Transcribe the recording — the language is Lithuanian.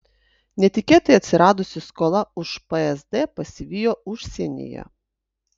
netikėtai atsiradusi skola už psd pasivijo užsienyje